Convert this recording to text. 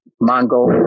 Mongol